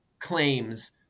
claims